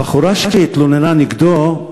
הבחורה שהתלוננה נגדו,